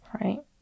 Right